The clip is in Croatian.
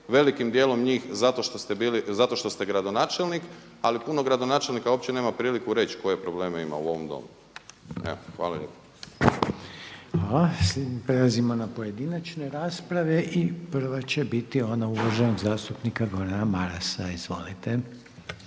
Velikim dijelom njih zato što ste gradonačelnik, ali puno gradonačelnika uopće nema priliku reći koje probleme ima u ovom Domu. Evo, hvala lijepa. **Reiner, Željko (HDZ)** Hvala. Prelazimo na pojedinačne rasprave i prva će biti ona uvaženog zastupnika Gordana Marasa. Izvolite.